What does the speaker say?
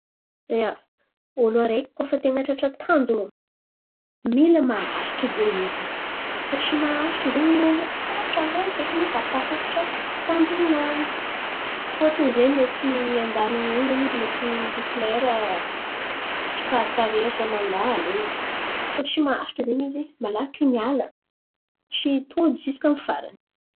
Ia, ôlo araiky koa fa ty han̈atratra tanjon̈o, mila maharitry zen̈y izy. Koa tsy maharitry zen̈y irô io, sarotro aminany fekiny ahatakatra tanjon̈onany. Fôtony zen̈y mety an-dalan̈a in̈y zen̈y izy mety misy lera tsy parpare raha mandalo ô. Koa tsy maharitry zen̈y izy malaky miala, tsy tody ziska amy farany.